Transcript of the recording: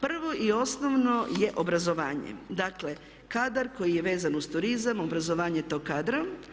Prvo i osnovno je obrazovanje, dakle kadar koji je vezan uz turizam, obrazovanje tog kadra.